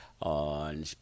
on